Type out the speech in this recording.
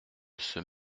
ceux